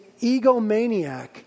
egomaniac